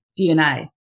DNA